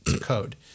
code